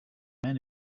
were